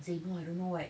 say no I don't know what